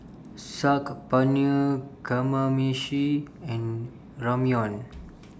Saag Paneer Kamameshi and Ramyeon